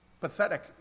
pathetic